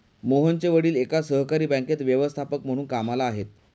मोहनचे वडील एका सहकारी बँकेत व्यवस्थापक म्हणून कामला आहेत